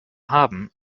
haben